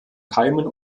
keimen